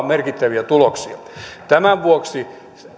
merkittäviä tuloksia